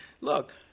look